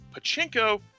Pachinko